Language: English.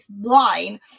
line